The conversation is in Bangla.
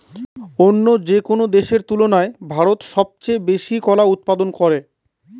অন্য যেকোনো দেশের তুলনায় ভারত সবচেয়ে বেশি কলা উৎপাদন করে